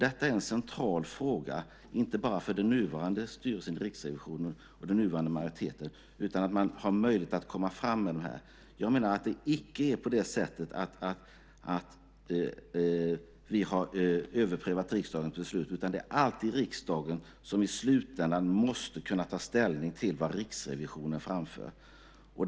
Detta är en central fråga inte bara för den nuvarande styrelsen i Riksrevisionen och den nuvarande majoriteten utan också för att man har möjlighet att komma fram med det här. Jag menar att det icke är så att vi överprövat riksdagens beslut, utan det är alltid riksdagen som i slutändan måste kunna ta ställning till vad Riksrevisionen framför.